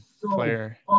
player